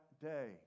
day